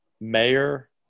mayor